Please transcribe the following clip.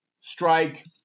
strike